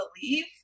believe